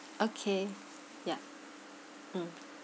okay ya mm